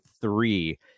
three